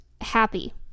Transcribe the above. happy